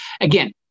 again